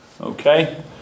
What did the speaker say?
Okay